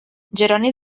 jeroni